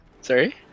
Sorry